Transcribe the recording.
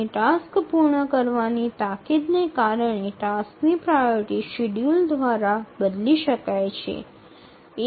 અહીં ટાસ્ક પૂર્ણ કરવાની તાકીદને કારણે ટાસ્કની પ્રાયોરિટી શેડ્યૂલર દ્વારા બદલી શકાય છે